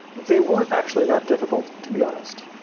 they weren't actually that difficult to be honest.